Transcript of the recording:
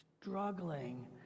struggling